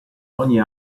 ogni